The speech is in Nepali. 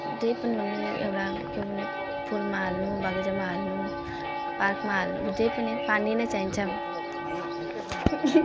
तै पनि ऊ यो एउटा फुलमा हाल्नु बागैँचामा हाल्नु पार्कमा हाल्नु जे पनि पानी नै चाहिन्छ